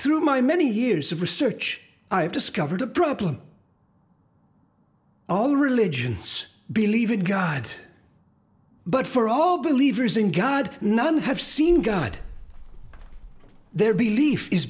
through my many years of research i've discovered a problem all religions believe in god but for all believers in god none have seen god their belief is